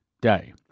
day